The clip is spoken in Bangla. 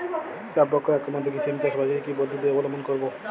জাব পোকার আক্রমণ থেকে সিম চাষ বাচাতে কি পদ্ধতি অবলম্বন করব?